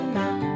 now